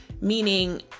meaning